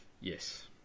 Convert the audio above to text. Yes